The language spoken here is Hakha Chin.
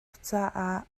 caah